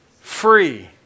free